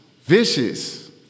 vicious